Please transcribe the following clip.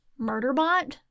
Murderbot